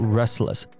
restless